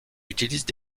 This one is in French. utilisent